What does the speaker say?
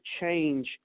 change